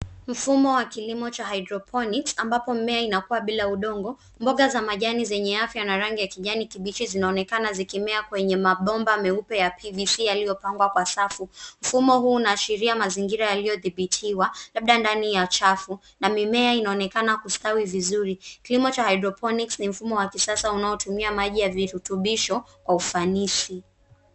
Mfumo wa kilimo cha hydroponics , ambapo mimea inakua bila udongo, mboga za majani zenye afya na rangi ya kijani kibichi zinaonekana zikimea kwenye mabomba meupe ya PVC yaliyopangwa kwa safu. Mfumo huu unaashiria mazingira yaliyodhibitiwa, labda ndani ya chafu, na mimea inaonekana kustawi vizuri. Kilimo cha hydroponics ni mfumo wa kisasa unaotumia maji ya virutubisho kwa ufanisi.